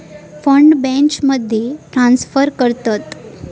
fund बॅचमध्ये transfer करतत